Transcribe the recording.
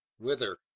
whither